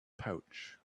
pouch